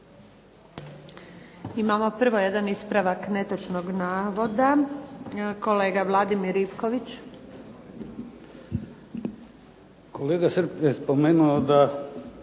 Imamo prvo jedan ispravak netočnog navoda. Kolega Vladimir Ivković. **Ivković, Vladimir